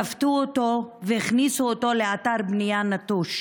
כפתו אותו והכניסו אותו לאתר בנייה נטוש.